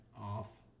off